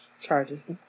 charges